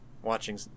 watching